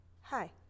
hi